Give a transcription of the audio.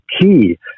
key